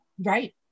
Right